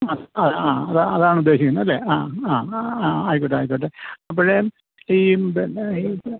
ആ അതെ ആ അതാ അതാണുദ്ദേശിക്കുന്നതല്ലേ ആ ആ ആ ആയിക്കോട്ടെ ആയിക്കോട്ടെ അപ്പോഴേ ഈ പിന്നെ ഈ ഇത്